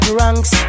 ranks